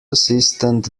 assistant